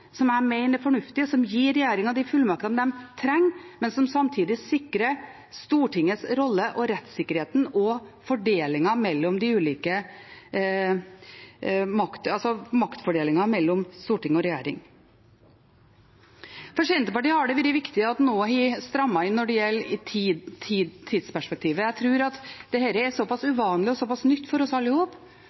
som jeg mener er fornuftig, og som gir regjeringen de fullmaktene den trenger, men som samtidig sikrer Stortingets rolle og rettssikkerheten og maktfordelingen mellom storting og regjering. For Senterpartiet har det vært viktig at en nå har strammet inn når det gjelder tidsperspektivet. Jeg tror dette er såpass uvanlig og såpass nytt for oss